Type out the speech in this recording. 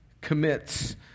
commits